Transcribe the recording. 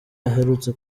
aherutse